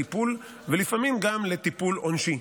לטיפול ולפעמים גם לטיפול עונשי.